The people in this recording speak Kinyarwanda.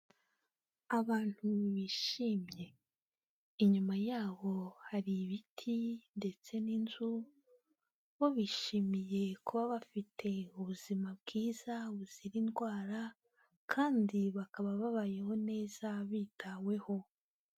Abantu bishimye, inyuma yabo hari ibiti ndetse n'inzu, bo bishimiye kuba bafite ubuzima bwiza buzira indwara, kandi bakaba babayeho neza bitaweho.